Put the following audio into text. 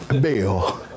bill